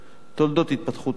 תולדות התפתחות האדם,